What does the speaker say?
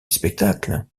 spectacle